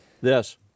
Yes